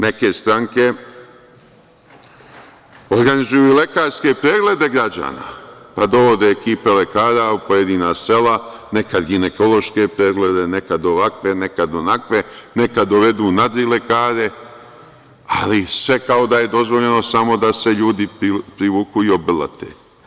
Neke stranke organizuju i lekarske preglede građana, pa dovode ekipef lekara u pojedina sela, nekad ginekološke preglede, nekad ovakve, nekad onakve, nekad dovedu nadrilekare, ali kao da je dozvoljeno sve samo da se ljudi privuku i obrlate.